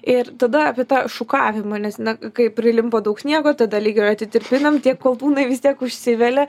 ir tada apie tą šukavimą nes na kaip prilimpa daug sniego tada lyg ir atitirpinam tiek koltūnai vis tiek užsivelia